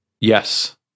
Yes